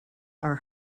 are